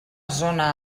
zona